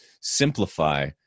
simplify